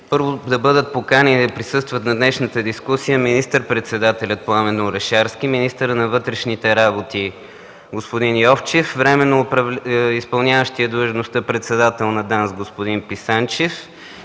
Първо, да бъдат поканени да присъстват на днешната дискусия министър-председателят Пламен Орешарски, министърът на вътрешните работи господин Йовчев, временно изпълняващият длъжността председател на ДАНС господин Писанчев